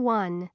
one